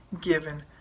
given